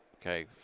Okay